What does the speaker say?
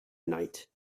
night